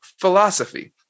philosophy